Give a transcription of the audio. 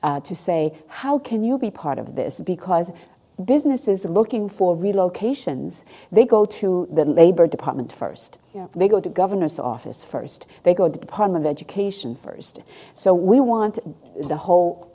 to say how can you be part of this because businesses are looking for real locations they go to the labor department first they go to governor's office first they go to the part of education first so we want the whole